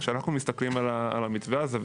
כשאנחנו מסתכלים על המתווה הזה,